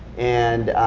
and,